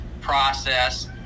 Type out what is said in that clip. process